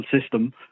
system